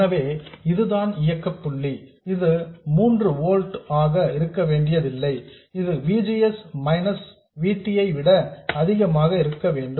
எனவே இதுதான் இயக்க புள்ளி இது 3 ஓல்ட்ஸ் ஆக இருக்க வேண்டியதில்லை இது V G S minus V t ஐ விட அதிகமாக இருக்க வேண்டும்